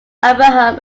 abraham